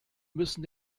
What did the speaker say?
müssen